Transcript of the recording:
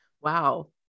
Wow